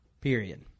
Period